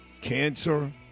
Cancer